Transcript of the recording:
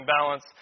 balance